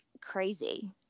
crazy